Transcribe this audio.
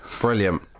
Brilliant